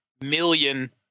million